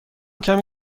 کمی